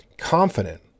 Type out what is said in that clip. confident